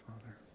Father